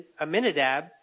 Aminadab